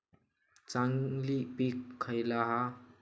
चांगली पीक खयला हा?